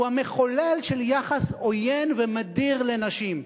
הוא המחולל של יחס עוין ומדיר לנשים.